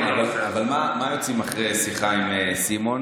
אבל איך יוצאים אחרי שיחה עם סימון?